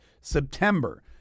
September